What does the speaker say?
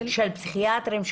של פסיכיאטרים?